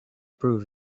prove